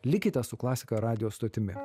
likite su klasika radijo stotimi